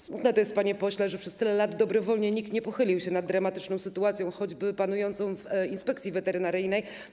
Smutne to jest, panie pośle, że przez tyle lat dobrowolnie nikt nie pochylił się nad dramatyczną sytuacją choćby panującą w Inspekcji Weterynaryjnej.